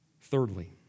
Thirdly